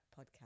podcast